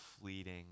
fleeting